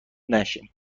نشیم